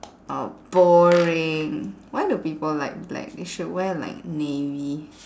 orh boring why do people like black they should wear like navy